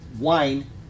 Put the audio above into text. wine